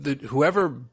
whoever